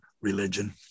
religion